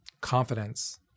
confidence